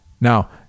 Now